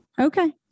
Okay